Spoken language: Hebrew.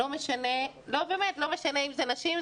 לא משנה אם זה נשים,